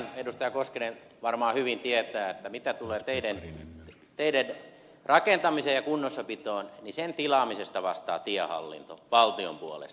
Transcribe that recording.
johannes koskinen varmaan hyvin tietää että mitä tulee teiden rakentamiseen ja kunnossapitoon sen tilaamisesta vastaa tiehallinto valtion puolesta